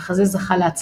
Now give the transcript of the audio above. המחזה זכה להצלחה.